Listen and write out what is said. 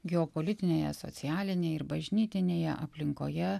geopolitinėje socialinėj ir bažnytinėje aplinkoje